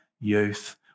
Youth